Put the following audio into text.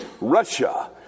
russia